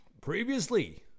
Previously